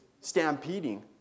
stampeding